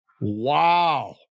Wow